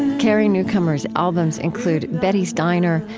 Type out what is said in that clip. carrie newcomer's albums include betty's diner,